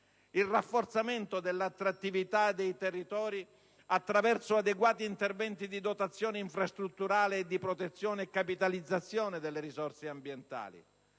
il rafforzamento dell'attrattività dei territori, attraverso adeguati interventi di dotazione infrastrutturale e di protezione e capitalizzazione delle risorse ambientali;